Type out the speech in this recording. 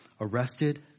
arrested